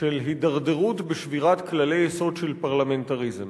של הידרדרות ושבירת כללי יסוד של פרלמנטריזם.